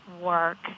work